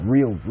Real